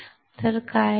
तर काय झाले